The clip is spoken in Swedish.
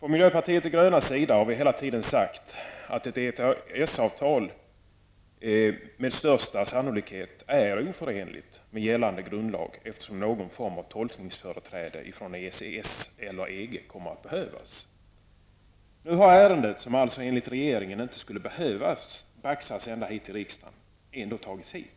I miljöpartiet de gröna har vi hela tiden sagt att ett EES-avtal med största sannolikhet är oförenligt med gällande grundlag, eftersom någon form av tolkningsföreträde från EES eller EG kommer att behövas. Nu har ärendet, som alltså enligt regeringen inte skulle behöva baxas ända hit till riksdagen, ändå tagits hit.